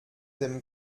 dem